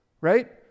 right